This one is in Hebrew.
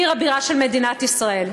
עיר הבירה של מדינת ישראל.